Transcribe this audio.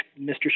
Mr